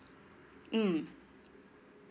mm